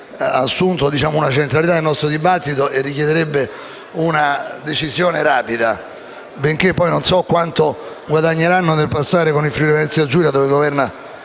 Grazie